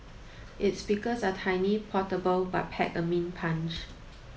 its speakers are tiny portable but pack a mean punch